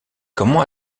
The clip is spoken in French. comment